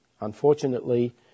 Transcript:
unfortunately